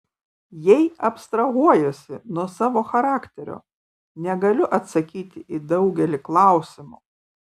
jei abstrahuojuosi nuo savo charakterio negaliu atsakyti į daugelį klausimų